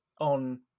on